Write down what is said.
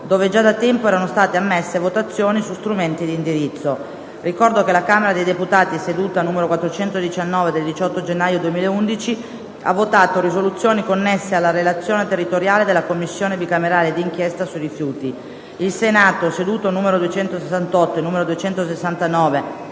dove già da tempo erano state ammesse votazioni su strumenti di indirizzo. Ricordo che la Camera dei deputati, nella seduta n. 419 del 18 gennaio 2011, ha votato risoluzioni connesse alla relazione territoriale della Commissione bicamerale d'inchiesta sui rifiuti; il Senato, nelle sedute n. 268 e n. 269